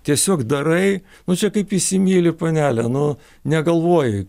tiesiog darai nu čia kaip įsimyli panelę nu negalvoji